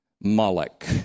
Moloch